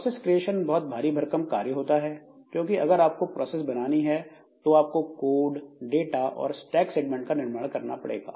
process creation बहुत भारी भरकम कार्य होता है क्योंकि अगर आपको प्रोसेस बनानी है तो आपको कोड डाटा और स्टैक सेगमेंट का निर्माण करना पड़ेगा